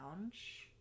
lounge